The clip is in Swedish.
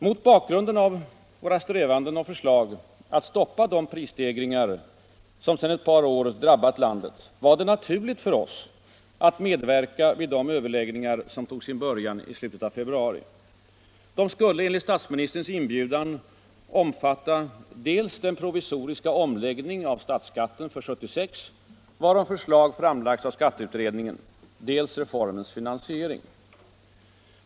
Mot bakgrunden av våra strävanden och förslag att stoppa de prisstegringar som sedan ett par år drabbat landet var det naturligt för oss att medverka vid de överläggningar som tog sin början i slutet av februari. De skulle enligt statsministerns inbjudan omfatta dels den provisoriska omläggning av statsskatten för 1976 varom förslag framlagts av skatteutredningen, dels reformens finansiering.